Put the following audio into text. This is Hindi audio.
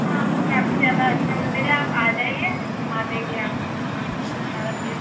हाँ वो काफ़ी ज़्यादा अच्छा मंदिर है आप आ जाइए हम घुमा देंगे आपको वहाँ सारा चीज